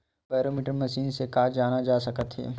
Barometer machine से का जाना जा सकत हे?